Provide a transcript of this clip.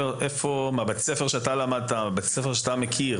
בבית הספר שאתה למדת בו ומכיר,